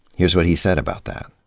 here's what he said about that.